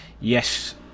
yes